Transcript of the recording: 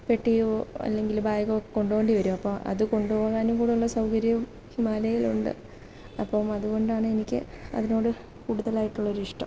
പെട്ടിയോ അല്ലെങ്കിൽ ബാഗൊക്കെ കൊണ്ട് പോകേണ്ടി വരും കൊണ്ടു പോകാനും കൂടി ഉള്ള സൗകര്യം ഹിമാലയയിൽ ഉണ്ട് അപ്പം അതു കൊണ്ടാണ് എനിക്ക് അതിനോട് കൂടുതലായിട്ടുള്ളൊരു ഇഷ്ടം